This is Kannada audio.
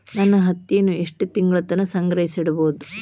ನಾನು ಹತ್ತಿಯನ್ನ ಎಷ್ಟು ತಿಂಗಳತನ ಸಂಗ್ರಹಿಸಿಡಬಹುದು?